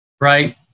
right